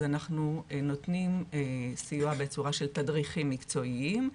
אז אנחנו נותנים סיוע בצורה של תדריכים מקצועיים.